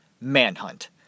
Manhunt